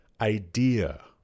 idea